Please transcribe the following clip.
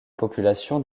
population